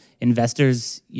investors